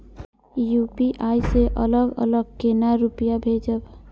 UPI से अलग अलग केना रुपया भेजब